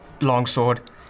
longsword